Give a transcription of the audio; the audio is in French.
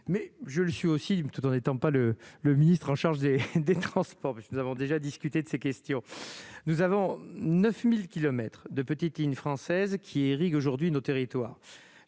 mais je le suis aussi, tout en n'étant pas le le ministre en charge des Transports parce que nous avons déjà discuté de ces questions, nous avons 9000 kilomètres de petites îles françaises qui irriguent aujourd'hui nos territoires,